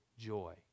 Joy